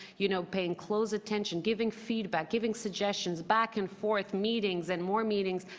you know, paying close attention, giving feedback, giving suggestions, back and forth, meetings and more meetings,